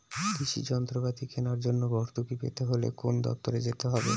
কৃষি যন্ত্রপাতি কেনার জন্য ভর্তুকি পেতে হলে কোন দপ্তরে যেতে হবে?